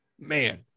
man